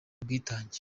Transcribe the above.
ubwitange